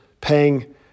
paying